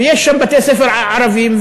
ויש שם בתי-ספר ערביים,